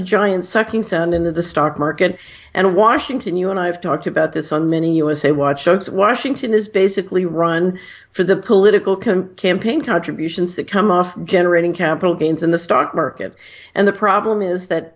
a giant sucking sound in the stock market and washington you and i have talked about this on many usa watch shows washington is basically run for the political can campaign contributions that come off generating capital gains in the stock market and the problem is that